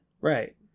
right